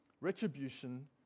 retribution